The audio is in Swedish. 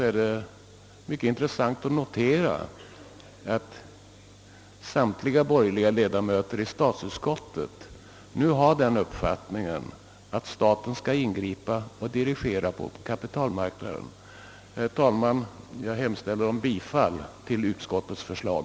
Men det är intressant att notera att samtliga borgerliga ledamöter i statsutskottet nu har den uppfattningen att staten skall ingripa dirigerande på kapitalmarknaden. Herr talman! Jag hemställer om bifall till utskottets förslag.